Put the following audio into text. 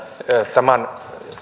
tämän